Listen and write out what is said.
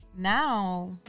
Now